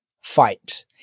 fight